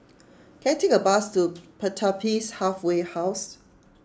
can I take a bus to Pertapis Halfway House